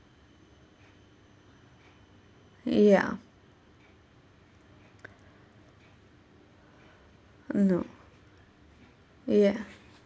ya no ya